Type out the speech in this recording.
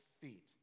feet